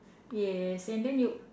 yes and then you